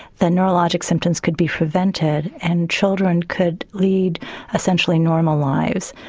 the neurologic symptoms could be prevented and children could lead essentially normal lives.